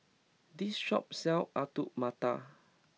this shop sells Alu Matar